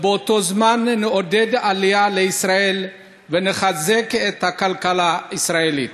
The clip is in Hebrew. ובאותו זמן נעודד עלייה לישראל ונחזק את הכלכלה הישראלית.